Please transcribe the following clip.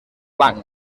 blanc